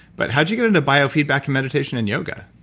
but how did you get into biofeedback, meditation, and yoga?